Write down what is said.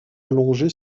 allongée